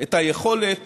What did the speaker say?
את היכולת